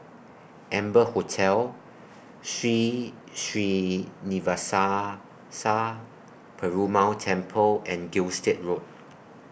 Amber Hotel Sri Srinivasa Sa Perumal Temple and Gilstead Road